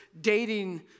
dating